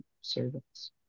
servants